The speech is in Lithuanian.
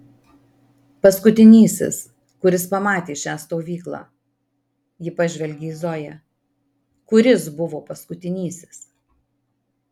paskutinysis kuris pamatė šią stovyklą ji pažvelgė į zoją kuris buvo paskutinysis